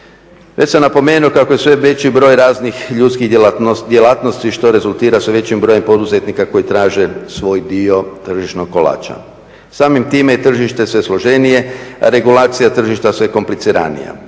Već sam napomenuo kako je sve veći broj ljudskih djelatnosti što rezultira sve većim brojem poduzetnika koji traže svoj dio tržišnog kolača. Samim time je i tržište sve složenije a regulacija tržišta sve kompliciranija.